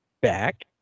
back